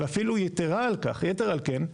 ואפילו יתרה על כך, יתר על כן,